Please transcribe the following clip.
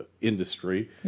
industry